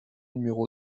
numéro